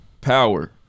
Power